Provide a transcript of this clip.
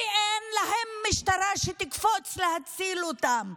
כי אין להן משטרה שתקפוץ להציל אותן,